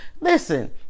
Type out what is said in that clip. listen